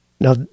Now